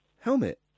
Helmet